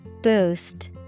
Boost